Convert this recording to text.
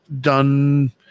done